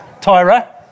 Tyra